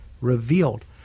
revealed